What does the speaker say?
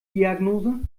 diagnose